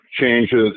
changes